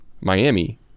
miami